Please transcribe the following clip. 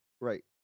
Right